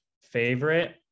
Favorite